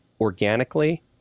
organically